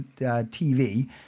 TV